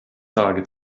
tage